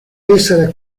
essere